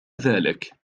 ذلك